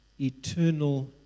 eternal